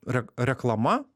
re reklama